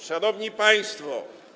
Szanowni Państwo!